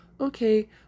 okay